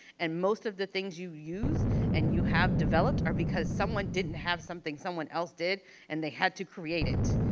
and most of the things you use and you have developed are because someone didn't have something someone else did and they had to create it.